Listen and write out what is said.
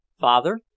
Father